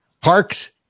parks